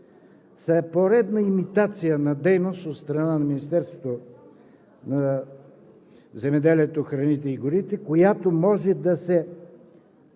са поредна имитация на дейност от страна на Министерството на земеделието, храните и горите, която може да се